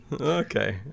okay